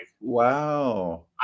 wow